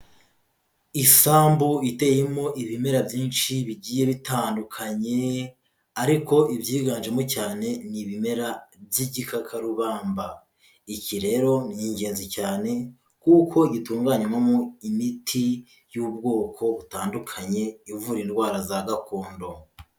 Isambu iteyemo ibimera byinshi bigiye bitandukanye ariko ibyiganjemo cyane ni ibimera by'igikakarubamba. Iki rero ni ingenzi cyane kuko gitunganywamo imiti y'ubwoko butandukanye ivura indwara za gakondo.